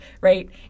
right